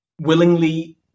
willingly